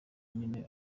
nyine